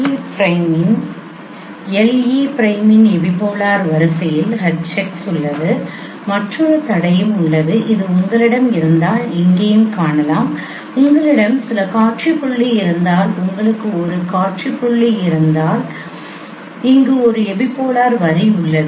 L e பிரைமின் எபிபோலார் வரிசையில் H x உள்ளது மற்றொரு தடையும் உள்ளது இது உங்களிடம் இருந்தால் இங்கேயும் காணலாம் உங்களிடம் சில காட்சி புள்ளி இருந்தால் உங்களுக்கு ஒரு காட்சி புள்ளி இருந்தால் இங்கு ஒரு எபிபோலார் வரி உள்ளது